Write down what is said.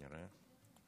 כנראה,